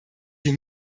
die